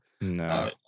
No